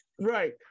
Right